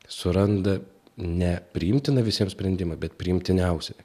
suranda ne priimtiną visiems sprendimą bet priimtiniausią